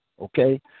Okay